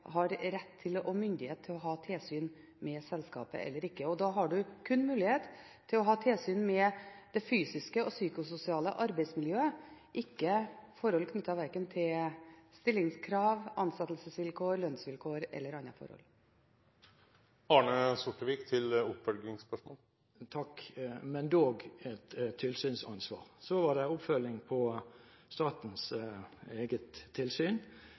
rett og myndighet til å ha tilsyn med selskapet eller ikke. Da har en kun mulighet til å ha tilsyn med det fysiske og det psykososiale arbeidsmiljøet, ikke forhold knyttet til verken stillingskrav, ansettelsesvilkår, lønnsvilkår eller annet. – Men dog et tilsynsansvar. Så gjelder det oppfølging av statens eget tilsyn,